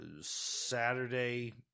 Saturday